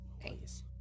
please